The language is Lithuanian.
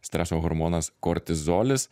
streso hormonas kortizolis